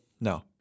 no